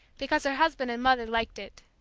because her husband and mother liked it.